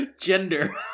Gender